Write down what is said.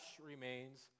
remains